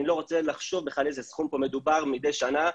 אני לא רוצה לחשוב בכלל באיזה סכום מדובר מדי שנה.